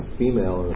female